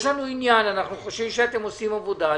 יש לנו עניין, אנחנו חושבים שאתם עושים עבודה.